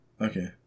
Okay